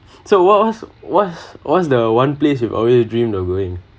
so what what’s what’s what's the one place you've always dreamed of going